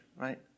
right